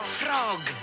frog